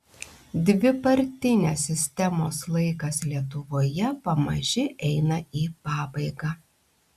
dvipartinės sistemos laikas lietuvoje pamaži eina į pabaigą